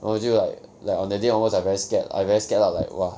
然后就 like like on that day onwards I very scared I very scared lah like !wah!